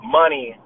money